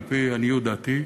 על-פי עניות דעתי,